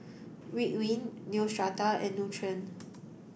Ridwind Neostrata and Nutren